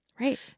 Right